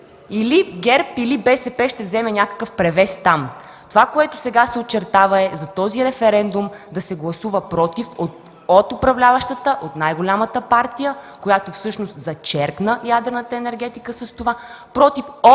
Или ГЕРБ, или БСП ще вземе някакъв превес там. Това, което сега се очертава, е за този референдум да се гласува „против” от управляващата, от най-голямата партия, която всъщност зачеркна ядрената енергетика с това, „против” от